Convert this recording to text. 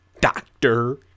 doctor